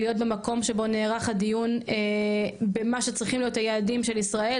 להיות במקום שבו נערך הדיון במה שצריכים להיות היעדים של ישראל,